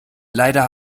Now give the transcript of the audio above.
leider